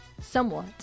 somewhat